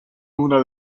una